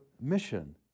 mission